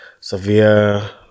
severe